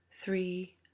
three